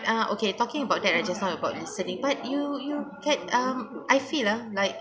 uh okay talking about that right just now you got listening but you you can um I feel uh like